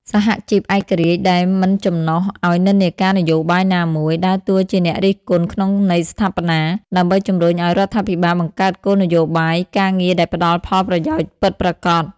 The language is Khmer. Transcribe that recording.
សហជីពឯករាជ្យដែលមិនចំណុះឱ្យនិន្នាការនយោបាយណាមួយ ដើរតួជាអ្នករិះគន់ក្នុងន័យស្ថាបនា ដើម្បីជំរុញឱ្យរដ្ឋាភិបាលបង្កើតគោលនយោបាយការងារដែលផ្តល់ផលប្រយោជន៍ពិតប្រាកដ។